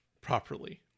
properly